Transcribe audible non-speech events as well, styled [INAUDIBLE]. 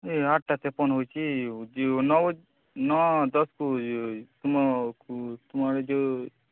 ଏହି ହାରଟା ତେପନ ହେଉଛି [UNINTELLIGIBLE] ତୁମକୁ ତୁମର ଯେଉଁ